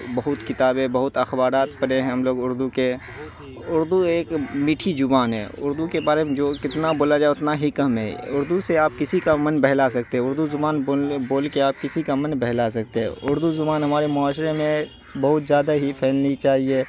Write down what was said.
بہت کتابیں بہت اخبارات پڑھے ہیں ہم لوگ اردو کے اردو ایک میٹھی زبان ہے اردو کے بارے میں جو کتنا بولا جائے اتنا ہی کم ہے اردو سے آپ کسی کا من بہلا سکتے ہیں اردو زبان بولنے بول کے آپ کی کسی کا من بہلا سکتے ہیں اردو زبان ہمارے معاشرے میں بہت زیادہ ہی پھیلنے چاہیے